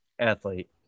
Athlete